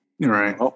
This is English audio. Right